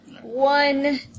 One